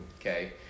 okay